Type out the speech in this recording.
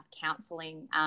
counselling